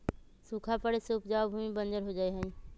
सूखा पड़े से उपजाऊ भूमि बंजर हो जा हई